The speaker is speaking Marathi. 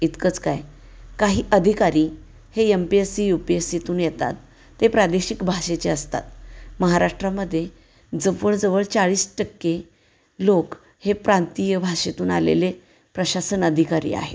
इतकंच काय काही अधिकारी हे M P S C U P S सीतून येतात ते प्रादेशिक भाषेचे असतात महाराष्ट्रामध्ये जवळजवळ चाळीस टक्के लोक हे प्रांतीय भाषेतून आलेले प्रशासन अधिकारी आहेत